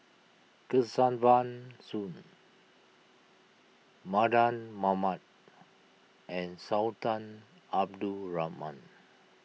Kesavan Soon Mardan Mamat and Sultan Abdul Rahman